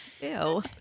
Ew